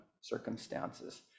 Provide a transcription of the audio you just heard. circumstances